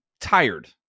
tired